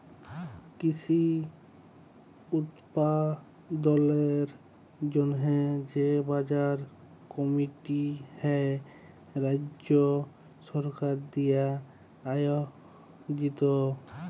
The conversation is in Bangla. কৃষি উৎপাদলের জন্হে যে বাজার কমিটি হ্যয় রাজ্য সরকার দিয়া আয়জিত